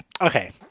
okay